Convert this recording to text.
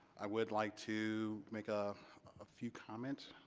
i would like to make a few comments